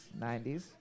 90s